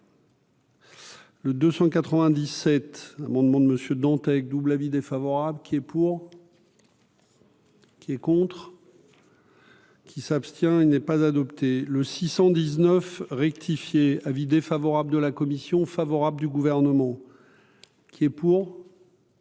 Le 297 amendement de Monsieur dont avec double avis défavorable qui est pour. Qui est contre. Qui s'abstient, il n'est pas adopté le 619 rectifié : avis défavorable de la commission favorable du gouvernement qui est pour.